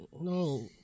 no